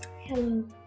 Hello